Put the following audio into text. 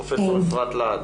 פרופ' אפרת להד.